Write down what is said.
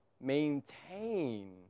Maintain